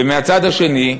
ומהצד השני,